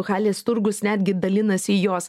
halės turgus netgi dalinasi jos